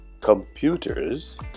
computers